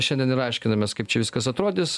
šiandien ir aiškinamės kaip čia viskas atrodys